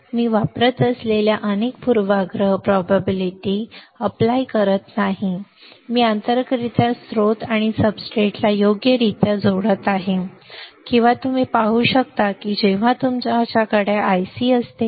तर मी वापरत असलेल्या अनेक पूर्वाग्रह संभाव्यता मी अर्ज करत नाही मी आंतरिकरित्या स्त्रोत आणि सबस्ट्रेटला योग्यरित्या जोडत आहे किंवा तुम्ही पाहू शकता की जेव्हा तुमच्याकडे IC असते